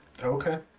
Okay